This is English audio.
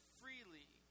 freely